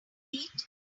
eat